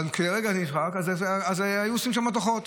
אבל כשזה נמחק, אז היו עושים שם דוחות.